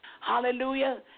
Hallelujah